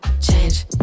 change